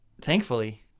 thankfully